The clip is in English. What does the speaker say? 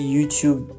YouTube